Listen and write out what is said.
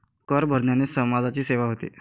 कर भरण्याने समाजाची सेवा होते